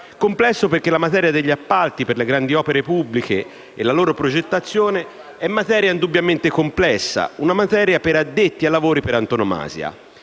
complesso perché la materia degli appalti per le grandi opere pubbliche e la loro progettazione è materia indubbiamente complessa, una materia per addetti ai lavori per antonomasia.